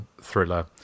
thriller